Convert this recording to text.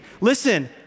listen